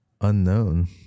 unknown